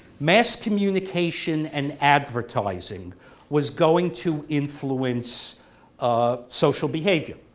mass communication and advertising was going to influence um social behavior,